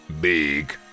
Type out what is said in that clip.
big